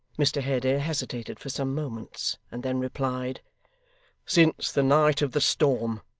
mr haredale hesitated for some moments, and then replied since the night of the storm.